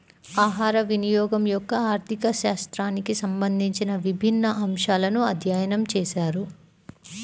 ఆహారవినియోగం యొక్క ఆర్థిక శాస్త్రానికి సంబంధించిన విభిన్న అంశాలను అధ్యయనం చేశారు